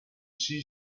sea